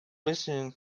listening